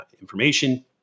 information